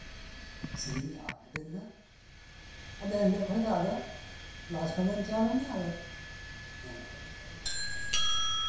ᱮᱱᱦᱤᱞᱳᱜ ᱠᱷᱚᱱᱜᱮ ᱟᱫᱚ ᱠᱮᱞᱟᱥ ᱦᱚᱸ ᱵᱟᱹᱧ ᱪᱟᱞᱟᱣ ᱞᱮᱱᱟ ᱮᱱᱦᱤᱞᱳᱜ ᱠᱷᱚᱢᱱᱜᱮ ᱵᱚᱱᱫᱚᱭ ᱮᱱᱟ ᱤᱧᱟᱹᱜ ᱫᱚ